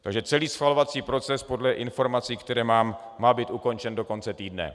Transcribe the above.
Takže celý schvalovací proces podle informací, které mám, má být ukončen do konce týdne.